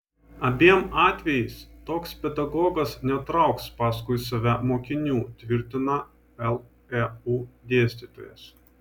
abiem atvejais toks pedagogas netrauks paskui save mokinių tvirtina leu dėstytojas